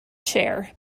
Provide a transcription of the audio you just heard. chair